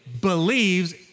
believes